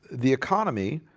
the economy,